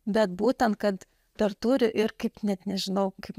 bet būtent kad dar turi ir kaip net nežinau kaip